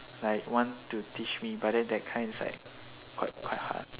like want to teach me but then that kind is like quite quite hard